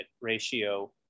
ratio